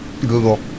Google